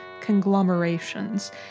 conglomerations